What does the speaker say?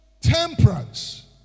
temperance